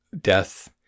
death